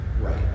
right